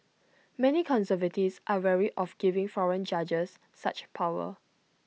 many conservatives are wary of giving foreign judges such power